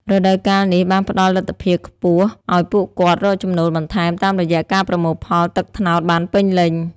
រដូវកាលនេះ បានផ្ដល់លទ្ធភាពខ្ពស់ឱ្យពួកគាត់រកចំណូលបន្ថែម តាមរយៈការប្រមូលផលទឹកត្នោតបានពេញលេញ។